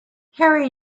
harry